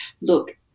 look